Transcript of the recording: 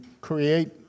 create